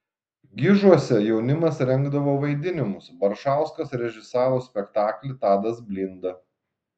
gižuose jaunimas rengdavo vaidinimus baršauskas režisavo spektaklį tadas blinda